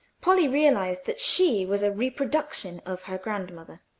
polly realized that she was a reproduction of her grandmother.